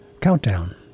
Countdown